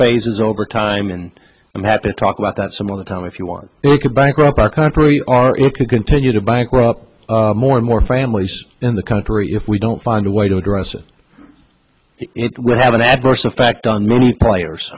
phases over time and i'm happy to talk about that some of the time if you want it could bankrupt our country our it could continue to bankrupt more and more families in the country if we don't find a way to address it would have an adverse effect on many players